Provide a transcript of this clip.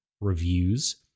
reviews